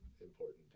important